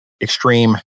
extreme